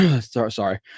sorry